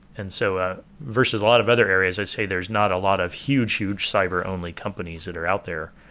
and so ah versus a lot of other areas, i'd say there's not a lot of huge, huge cyber-only companies that are out there.